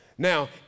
Now